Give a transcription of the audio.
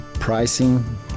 Pricing